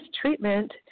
treatment